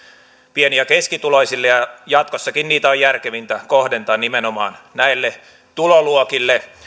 pieni ja keskituloisille ja jatkossakin niitä on järkevintä kohdentaa nimenomaan näille tuloluokille